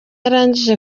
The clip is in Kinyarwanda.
arangije